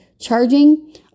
charging